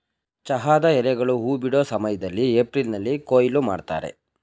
ಚಹಾದ ಎಲೆಗಳು ಹೂ ಬಿಡೋ ಸಮಯ್ದಲ್ಲಿ ಏಪ್ರಿಲ್ನಲ್ಲಿ ಕೊಯ್ಲು ಮಾಡ್ತರೆ